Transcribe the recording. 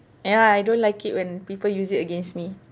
you know I don't like it when people use it against me